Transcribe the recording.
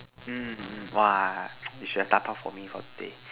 mm !wah! you should have Dabao for me for the day